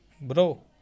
bro